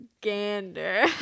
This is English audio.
gander